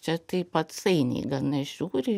čia taip atsainiai nežiūri